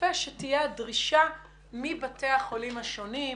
צופה שתהיה הדרישה מבתי החולים השונים,